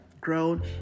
grown